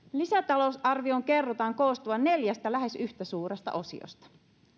lisätalousarvion kerrotaan koostuvan neljästä lähes yhtä suuresta osiosta